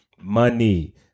money